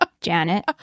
Janet